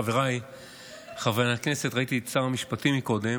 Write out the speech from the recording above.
חבריי חברי הכנסת ראיתי את שר המשפטים קודם,